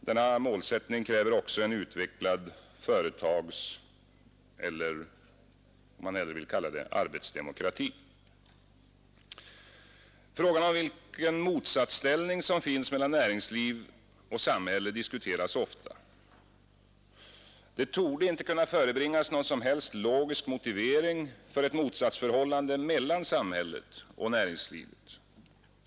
Denna målsättning kräver också en utvecklad företagseller om man hellre vill kalla det arbetsdemokrati. Frågan om vilken motsatsställning som finns mellan näringsliv och samhälle diskuteras ofta. Det torde inte kunna förebringas någon som helst logisk motivering för ett motsatsförhållande mellan samhället och näringslivet.